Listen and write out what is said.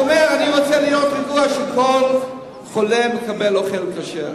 הוא אומר: אני רוצה להיות רגוע ולדעת שכל חולה מקבל אוכל כשר.